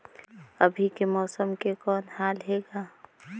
अभी के मौसम के कौन हाल हे ग?